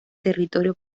territorio